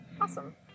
awesome